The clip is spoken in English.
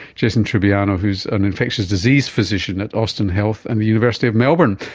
jason trubiano who's an infectious disease physician at austin health and the university of melbourne.